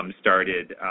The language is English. started